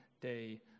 day